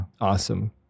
awesome